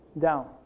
down